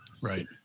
Right